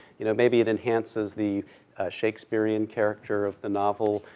you know, maybe it enhances the shakespearean character of the novel,